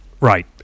right